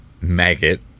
Maggot